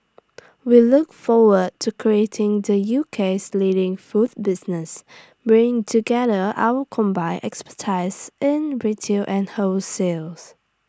we look forward to creating the UK's leading food business bring together our combined expertise in retail and wholesales